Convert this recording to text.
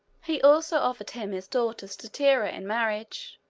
he also offered him his daughter statira in marriage.